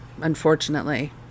unfortunately